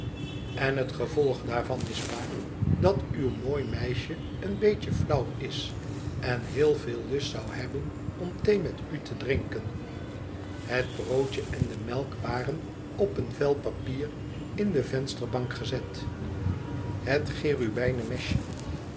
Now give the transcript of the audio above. en het gevolg daarvan is pa dat uw mooi meisje een beetje flauw is en heel veel lust zou hebben om thee met u te drinken het broodje en de melk waren op een vel papier in de vensterbank gezet het cherubijnen mesje